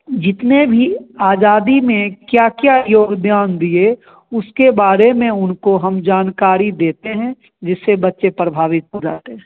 जितने भी आज़ादी में क्या क्या योगदान दिए उसके बारे में उनको हम जानकारी देते हैं जिससे बच्चे प्रभावित हो जाते हैं